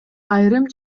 айрым